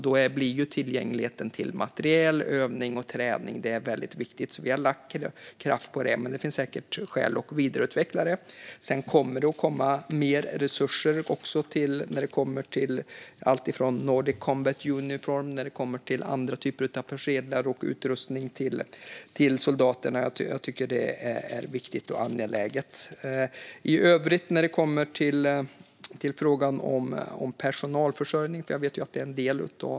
Där är tillgängligheten till materiel, övning och träning viktigt. Vi har lagt kraft på det, men det finns säkert skäl att vidareutveckla. Sedan kommer mer resurser i form av Nordic Combat Uniform och andra typer av persedlar och utrustning till soldaterna. Det är viktigt och angeläget. Sedan finns frågan om personalförsörjning.